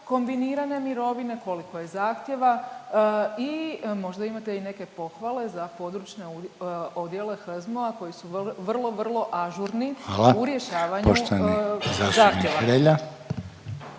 kombinirane mirovine, koliko je zahtjeva i možda imate i neke pohvale za područne odjele HZMO-a koji su vrlo, vrlo ažurni…/Upadica Reiner: Hvala./…u rješavanju zahtjeva.